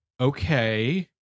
okay